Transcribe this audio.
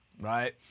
right